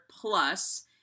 Plus